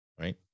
Right